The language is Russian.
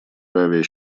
аравия